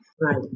Right